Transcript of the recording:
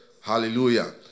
Hallelujah